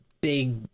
big